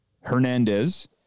Hernandez